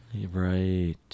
Right